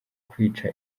kwica